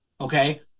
Okay